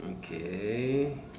okay